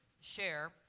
share